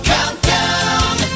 Countdown